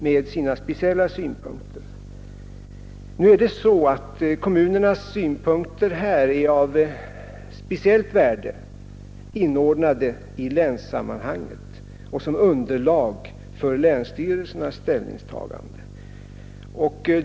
Kommunernas synpunkter är dock i detta fall av alldeles speciellt värde först när de är inordnade i länssammanhanget och bildar underlag för länsstyrelsernas ställningstagande.